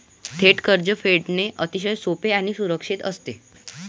थेट कर्ज फेडणे अतिशय सोपे आणि सुरक्षित असते